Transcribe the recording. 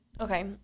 Okay